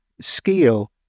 scale